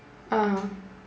(uh huh)